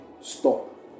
stop